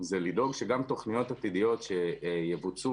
הוא לדאוג שגם תוכניות עתידיות שיבוצעו